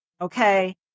Okay